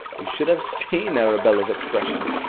you should have seen arabella's expression.